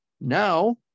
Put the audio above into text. now